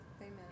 Amen